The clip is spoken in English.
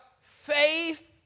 Faith